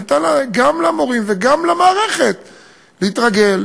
ונתן גם למורים וגם למערכת להתרגל,